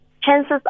chances